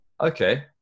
okay